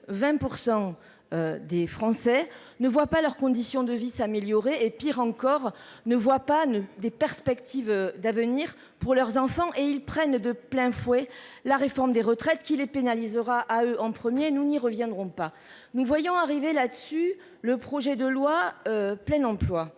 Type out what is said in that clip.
20%. Des Français ne voient pas leurs conditions de vie s'améliorer et pire encore, ne voit pas ne des perspectives d'avenir pour leurs enfants et ils prennent de plein fouet la réforme des retraites qui les pénalisera à eux en premier, nous n'y reviendrons pas. Nous voyons arriver là-dessus. Le projet de loi plein emploi.